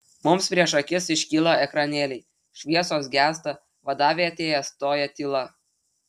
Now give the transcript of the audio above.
mums prieš akis iškyla ekranėliai šviesos gęsta vadavietėje stoja tyla